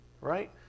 right